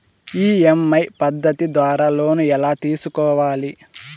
EMI పద్ధతి ద్వారా loan ఎలా తీసుకోవాలి